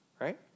right